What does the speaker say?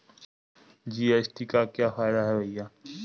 GST का क्या फायदा है भैया?